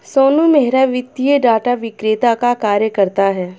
सोनू मेहरा वित्तीय डाटा विक्रेता का कार्य करता है